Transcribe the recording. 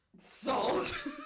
salt